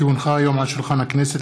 כי הונחה היום על שולחן הכנסת,